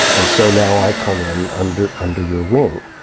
and so now i come in under under your wing.